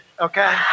Okay